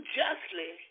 justly